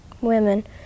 women